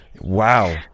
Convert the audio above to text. wow